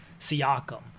Siakam